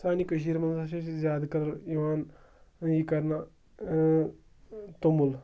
سانہِ کٔشیٖرِ منٛز ہَسا چھِ زیادٕ کر یِوان یہِ کَرنہٕ توٚمُل